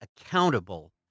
accountable